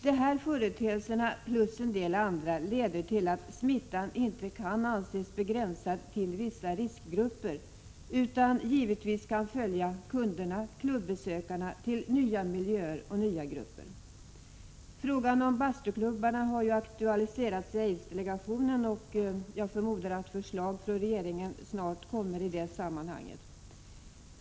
De här företeelserna, plus en del andra, leder till att smittan inte kan anses begränsad till vissa riskgrupper, utan den kan givetvis följa kunderna, klubbesökarna till nya miljöer och nya grupper. Frågan om bastuklubbarna har ju aktualiserats i aidsdelegationen, och jag förmodar att förslag från regeringen snart kommer.